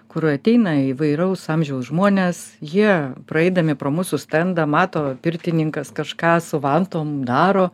kur ateina įvairaus amžiaus žmonės jie praeidami pro mūsų stendą mato pirtininkas kažką su vantom daro